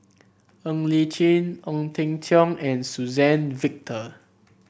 Ng Li Chin Ong Teng Cheong and Suzann Victor